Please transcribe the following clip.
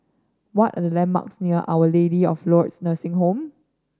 what are the landmarks near Our Lady of Lourdes Nursing Home